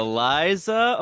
Eliza